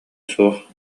суох